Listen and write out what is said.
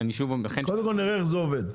קודם נראה איך זה עובד.